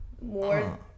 more